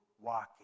walking